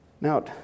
Now